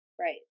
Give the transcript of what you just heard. right